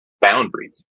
boundaries